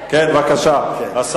ידוע כי הנגיף בודד, ומעבדה של